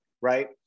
right